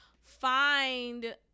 find